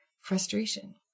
frustration